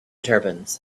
turbans